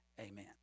amen